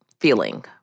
feeling